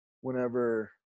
whenever